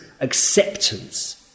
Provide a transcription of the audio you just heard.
acceptance